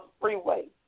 freeway